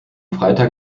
freitag